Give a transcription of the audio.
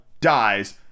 Dies